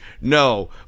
no